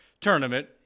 Tournament